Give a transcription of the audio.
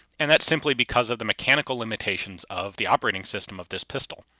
and that's simply because of the mechanical limitations of the operating system of this pistol.